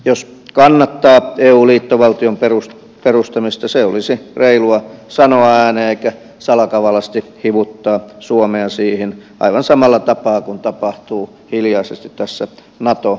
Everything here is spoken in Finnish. jos kannattaa eu liittovaltion perustamista se olisi reilua sanoa ääneen eikä salakavalasti hivuttaa suomea siihen aivan samalla tapaa kuin tapahtuu hiljaisesti tässä nato lähentymisessä